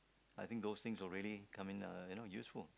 I think those things will really come uh you know useful